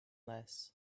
less